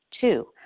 Two